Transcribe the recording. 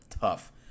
tough